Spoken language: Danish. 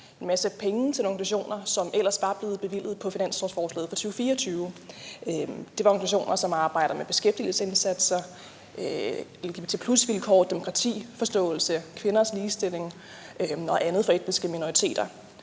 en masse penge fra nogle organisationer, som de ellers var blevet bevilget på finanslovsforslaget for 2024. Det er organisationer, som arbejder med beskæftigelsesindsatser, lgbt+-vilkår, demokratiforståelse, kvinders ligestilling og andet for etniske minoriteter,